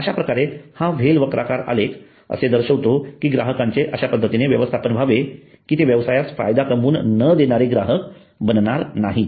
अश्याप्रकारे हा व्हेल वक्राकार आलेख असे दर्शवितो कि ग्राहकांचे अश्या पद्धतीने व्यवस्थापन व्हावे की ते व्यवसायास फायदा कमवून न देणारे ग्राहक बनणार नाहीत